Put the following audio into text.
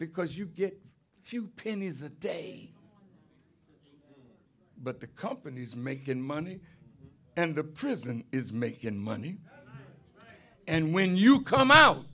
because you get a few pennies a day but the company is making money and the prison is making money and when you come out